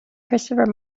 christopher